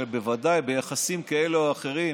בוודאי ביחסים כאלה ואחרים